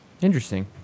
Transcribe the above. Interesting